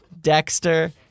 Dexter